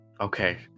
Okay